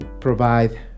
provide